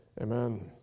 Amen